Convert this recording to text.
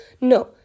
No